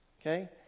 Okay